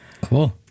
Cool